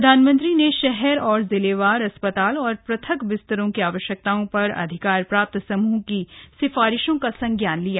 प्रधानमंत्री ने शहर और जिलेवार अस्पताल तथा पृथक बिस्तरों की आवश्यकताओं पर अधिकार प्राप्त समूह की सिफारिशों का संज्ञान लिया